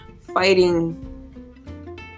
fighting